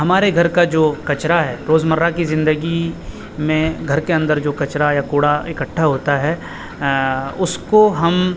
ہمارے گھر کا جو کچرا ہے روز مرہ کی زندگی میں گھر کے اندر جو کچرا یا کوڑا اکٹھا ہوتا ہے اس کو ہم